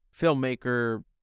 filmmaker